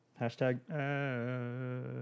Hashtag